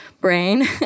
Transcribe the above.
brain